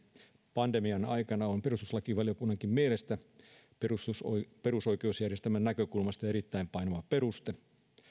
pandemian aikana on perustuslakivaliokunnankin mielestä perusoikeusjärjestelmän näkökulmasta erittäin painava peruste jolla on yhteys